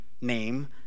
name